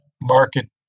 market